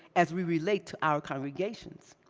as we relate to our congregations?